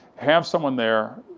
have someone there,